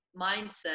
mindset